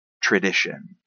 tradition